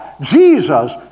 Jesus